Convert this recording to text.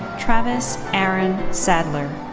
travis aaron sadler.